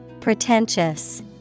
Pretentious